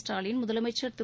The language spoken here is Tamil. ஸ்டாலின் முதலமைச்சர் திரு